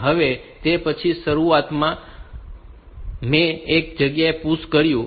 હવે તે પછી શરૂઆતમાં મેં એક જ PUSH કર્યું છે